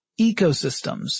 ecosystems